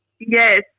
Yes